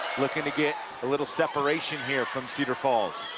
looking to get a little separation here from cedar falls.